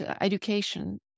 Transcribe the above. education